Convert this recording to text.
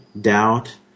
doubt